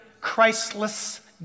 Christless